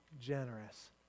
generous